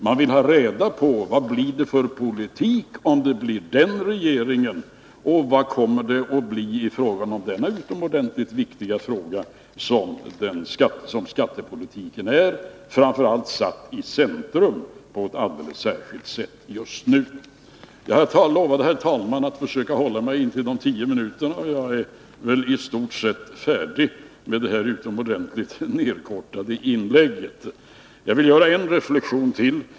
Man vill ha reda på vilken politik en tilltänkt regering kommer att stå för och hur det kommer att bli med den utomordentligt viktiga fråga som skattepolitiken är. Framför allt är den satt i centrum på ett alldeles särskilt sätt just nu. Herr talman! Jag lovade att försöka begränsa mig till tio minuter, och jag är i stort sett färdig med detta utomordentligt nedkortade inlägg. Jag vill emellertid göra en reflexion till.